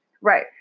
Right